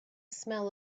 smell